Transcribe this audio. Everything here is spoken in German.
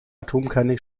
atomkerne